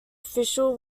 official